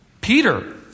Peter